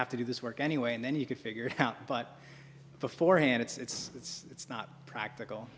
have to do this work anyway and then you can figure it out but beforehand it's it's it's not practical